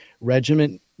regiment